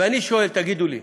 ואני שואל: תגידו לי,